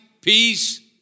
peace